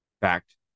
Fact